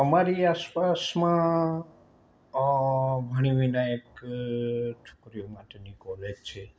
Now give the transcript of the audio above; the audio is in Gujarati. અમારી આસપાસમાં વાણી વિનાયક છોકરીઓ માટેની કૉલેજ છે